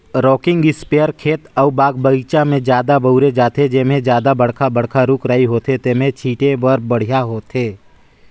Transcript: rocking इस्पेयर खेत अउ बाग बगीचा में जादा बउरे जाथे, जेम्हे जादा बड़खा बड़खा रूख राई होथे तेम्हे छीटे बर बड़िहा होथे